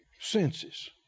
senses